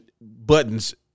buttons